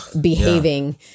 behaving